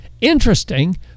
Interesting